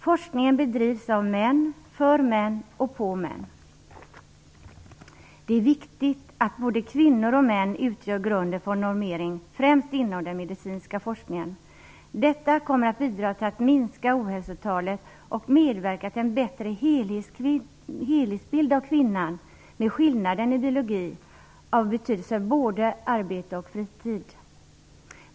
Forskningen bedrivs av män, för män och på män. Det är viktigt att både kvinnor och män utgör grunden för normering främst inom den medicinska forskningen. Detta kommer att bidra till att minska ohälsotalet och medverka till en bättre helhetsbild av kvinnan med skillnaden i biologi som är av betydelse för både arbete och fritid.